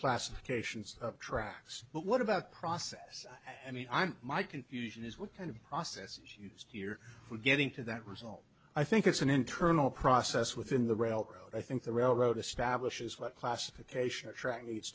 classifications tracks but what about process i mean i'm my confusion is what kind of process is used here for getting to that result i think it's an internal process within the railroad i think the railroad establishes what classification track needs